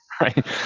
right